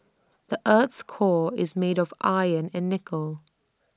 the Earth's core is made of iron and nickel